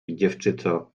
dziewczyco